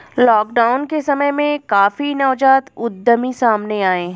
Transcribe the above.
lockdown के समय में काफी नवजात उद्यमी सामने आए हैं